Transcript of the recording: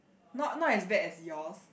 not not as bad as yours